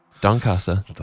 Doncaster